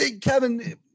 Kevin